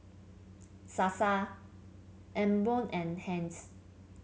Sasa Emborg and Heinz